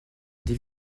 des